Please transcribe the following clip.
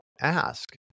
ask